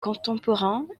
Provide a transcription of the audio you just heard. contemporains